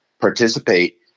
participate